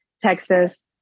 Texas